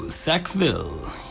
Sackville